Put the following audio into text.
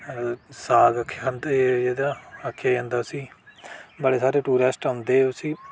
साग आखेआ जंदा आखेआ जंदा उसी बड़े सारे टुरिस्ट औंदे उसी